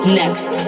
next